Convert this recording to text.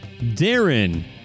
Darren